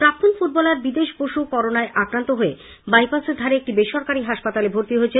প্রাক্তন ফুটবলার বিদেশ বসু করোনায় আক্রান্ত হয়ে বাইপাসের ধারে একটি বেসরকারি হাসপাতালে ভর্ত্তি হয়েছেন